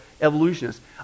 evolutionists